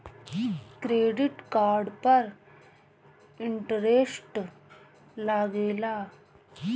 Credit card पर interest लागेला?